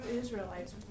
Israelites